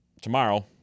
tomorrow